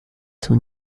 son